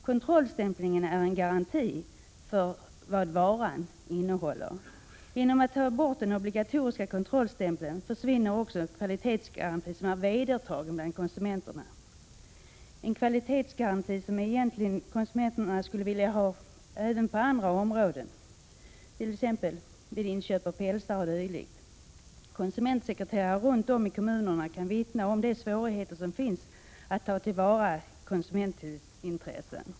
Kontrollstämplingen är en garanti för varans innehåll. Genom att den obligatoriska kontrollstämpeln tas bort, försvinner också den kvalitetsgaranti som är vedertagen bland konsumenterna — en kvalitetsgaranti som konsumenterna egentligen skulle vilja ha också på andra områden, t.ex. vid inköp av pälsar o.d. Konsumentsekreterare runt om i kommunerna kan vittna om de svårigheter som finns att tillvarata konsumentintressena.